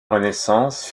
renaissance